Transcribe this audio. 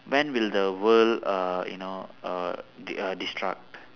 when will the world uh you know err destroyed